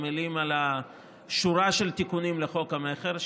עמלים על שורה של תיקונים לחוק המכר,